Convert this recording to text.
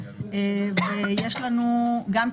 ויש לנו גם,